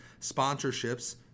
sponsorships